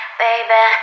baby